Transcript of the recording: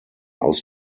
aus